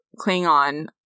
Klingon